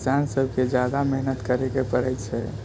किसान सबके जादाके मेहनत करैके पड़ै छै